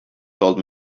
told